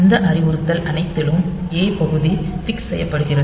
இந்த அறிவுறுத்தல் அனைத்திலும் A பகுதி ஃப்க்ஸ் செய்யப்படுகிறது